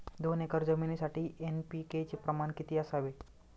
दोन एकर जमीनीसाठी एन.पी.के चे प्रमाण किती असावे?